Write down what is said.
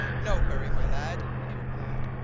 no hurry, my lad, he replied.